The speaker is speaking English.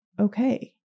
okay